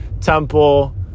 temple